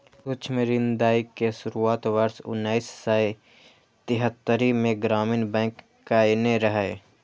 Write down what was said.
सूक्ष्म ऋण दै के शुरुआत वर्ष उन्नैस सय छिहत्तरि मे ग्रामीण बैंक कयने रहै